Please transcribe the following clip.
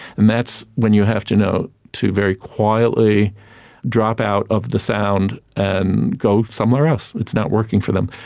and that's when you have to know to very quietly drop out of the sound and go somewhere else, it's not working for them.